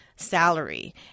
salary